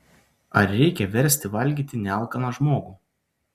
ar reikia versti valgyti nealkaną žmogų